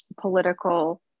political